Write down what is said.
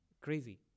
Crazy